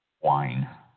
wine